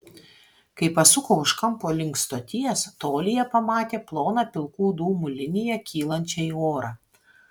kai pasuko už kampo link stoties tolyje pamatė ploną pilkų dūmų liniją kylančią į orą